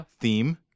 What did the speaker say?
theme